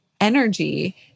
energy